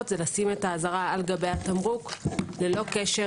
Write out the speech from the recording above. למעט יבואן המייבא תמרוק ביבוא